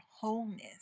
wholeness